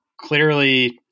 clearly